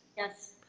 yes.